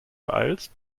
beeilst